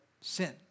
sin